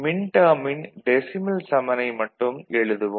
மின்டேர்மின் decimal சமனை மட்டும் எழுதுவோம்